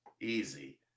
easy